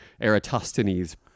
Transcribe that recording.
Eratosthenes